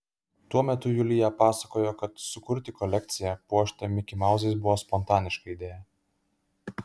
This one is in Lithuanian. tuo metu julija pasakojo kad sukurti kolekciją puoštą mikimauzais buvo spontaniška idėja